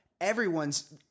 Everyone's –